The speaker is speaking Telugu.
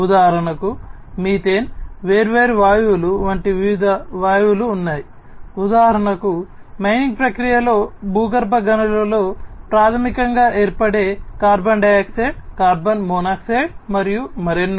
ఉదాహరణకు మీథేన్ భూగర్భ గనులలో ప్రాథమికంగా ఏర్పడే కార్బన్ డయాక్సైడ్ కార్బన్ మోనాక్సైడ్ మరియు మరెన్నో